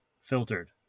filtered